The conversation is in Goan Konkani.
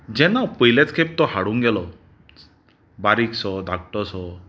जेन्ना हांव पयलेच खेप तो हाडूंक गेलों बारीक सो धाकटो सो